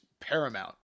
paramount